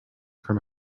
from